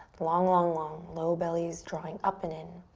long, long, long. low belly's drawing up and in.